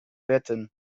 wetten